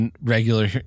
regular